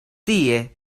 tie